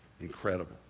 Incredible